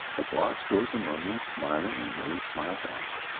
the boss goes among them smiling, and they smile back,